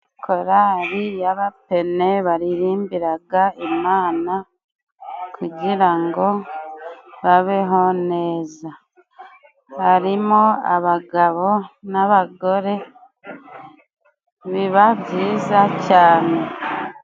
Korali y'abapene baririmbiraga Imana kugira ngo babeho neza. Harimo abagabo n'abagore biba byiza cyane.